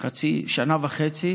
שנה וחצי